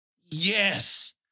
Yes